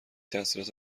تحصیلات